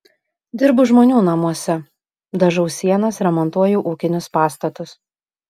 dirbu žmonių namuose dažau sienas remontuoju ūkinius pastatus